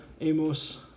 Amos